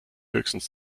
höchstens